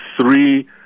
three